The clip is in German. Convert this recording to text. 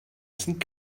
sind